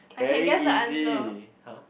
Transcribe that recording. very easy !huh!